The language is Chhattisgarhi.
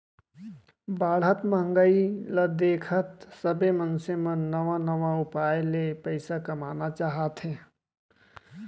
बाढ़त महंगाई ल देखत सबे मनसे मन नवा नवा उपाय ले पइसा कमाना चाहथे